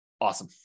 Awesome